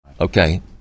Okay